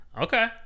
Okay